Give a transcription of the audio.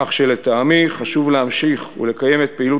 כך שלטעמי חשוב להמשיך ולקיים את פעילות